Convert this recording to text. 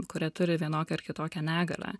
kurie turi vienokią ar kitokią negalią